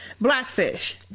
Blackfish